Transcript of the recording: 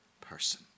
person